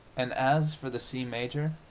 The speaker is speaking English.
and as for the c major,